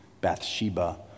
Bathsheba